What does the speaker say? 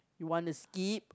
you want to skip